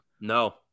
No